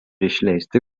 išleisti